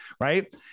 right